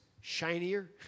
shinier